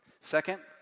Second